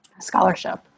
scholarship